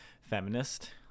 feminist